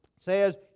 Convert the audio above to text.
says